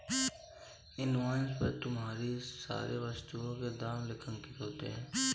invoice पर तुम्हारे सारी वस्तुओं के दाम लेखांकित होंगे